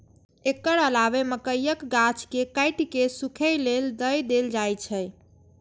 एकर अलावे मकइक गाछ कें काटि कें सूखय लेल दए देल जाइ छै